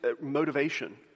motivation